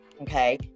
okay